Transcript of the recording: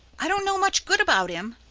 i don't know much good about him,